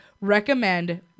Recommend